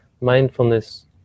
mindfulness